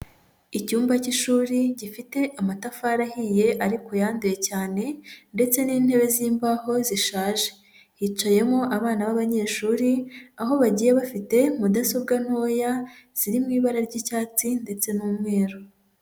Icyumba cy'ishuri gifite amatafari ahiye ariko yanduye cyane, ndetse n'intebe z'imbaho zishaje. Hicayemo abana b'abanyeshuri, aho bagiye bafite mudasobwa ntoya ziri mu ibara ry'icyatsi ndetse n'umweru.